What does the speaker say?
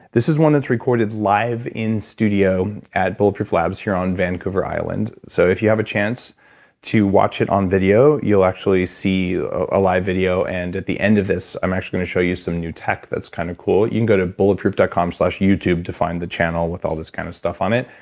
this is one that's recorded live in studio at bulletproof labs here on vancouver island. so, if you have a chance to watch it on video, you'll actually see a ah live video and at the end of this, i'm actually going to show you some new tech that's kind of cool. you can go to bulletproof dot com slash youtube to find the channel with all this kind of stuff on it,